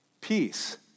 peace